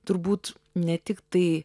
turbūt ne tiktai